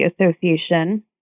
association